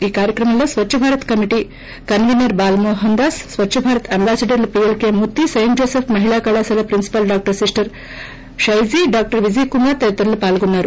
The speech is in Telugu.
ఈ కార్యక్రమంలో స్వచ్చభారత్ కమిటీ కన్వీనర్ బాలమోహన్దాస్ స్వచ్ఛభారత్ అంబాసిడర్లు పిఎల్కె మూర్తి సెయింట్ జోసిఫ్ మహిళా కళాశాల ప్రిన్పిపాల్ డాక్టర్ సిస్టర్ షైజీ డాక్టర్ విజయకమార్ తదితరులు పాల్గొన్నారు